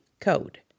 code